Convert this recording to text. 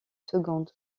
seconde